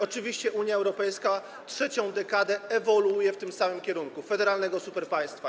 Oczywiście Unia Europejska trzecią dekadę ewoluuje w tym samym kierunku: federalnego superpaństwa.